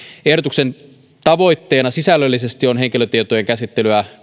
ehdotuksen tavoitteena sisällöllisesti on henkilötietojen käsittelyä